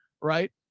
right